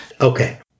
Okay